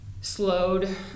slowed